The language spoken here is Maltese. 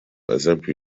eżempju